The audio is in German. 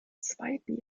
zweiten